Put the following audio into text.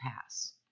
pass